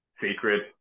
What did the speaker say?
secret